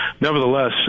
nevertheless